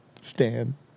Stan